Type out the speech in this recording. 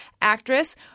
actress